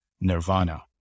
nirvana